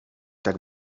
tak